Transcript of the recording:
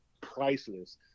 priceless